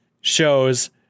shows